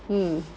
mm